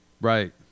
Right